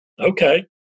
Okay